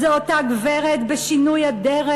זו אותה גברת בשינוי אדרת.